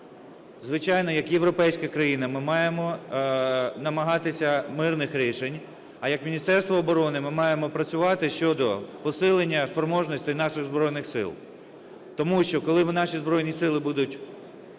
Звичайно, як європейська країна ми маємо намагатися мирних рішень, а як Міністерство оборони ми маємо працювати щодо посилення спроможності наших Збройних Сил, тому що коли наші Збройні Сили будуть